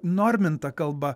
norminta kalba